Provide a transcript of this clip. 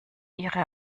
ihre